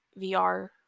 VR